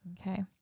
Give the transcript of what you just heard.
Okay